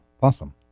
possum